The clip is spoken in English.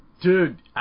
Dude